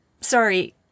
Sorry